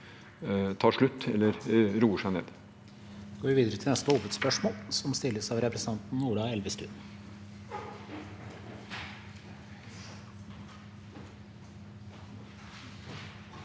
tar slutt eller roer seg ned.